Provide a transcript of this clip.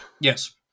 Yes